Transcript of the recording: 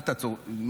אל תעצור אותי,